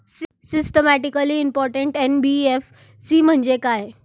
Systematically important NBFC म्हणजे काय?